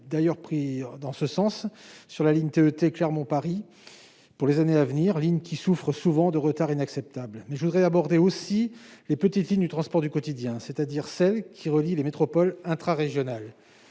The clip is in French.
d'ailleurs pris dans ce sens sur la ligne THT Clermont Paris pour les années à venir Line qui souffrent souvent de retard inacceptable mais je voudrais aborder aussi les petites filles du transport du quotidien, c'est-à-dire celle qui relie les métropoles intra-régional,